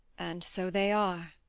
and so they are